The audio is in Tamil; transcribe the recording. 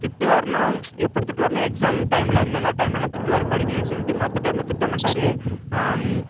திட்டுவார்ன்னா எப்படி திட்டுவார்ன்னா எக்ஸாம் டைம்மில் இந்த மாதிரி டைம்ல எல்லாம் திட்டுவார் படிக்கிலன்னு சொல்லிட்டு மற்ற டைம்மில் திட்ட மாட்டார்